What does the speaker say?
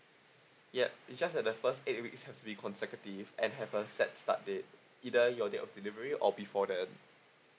ya it's just that the first eight weeks have to be consecutive and have a set start date either your day of delivery or before that